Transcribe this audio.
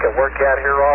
ah work yeah out here all